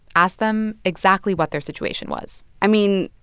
ask them exactly what their situation was i mean,